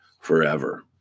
forever